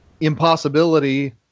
impossibility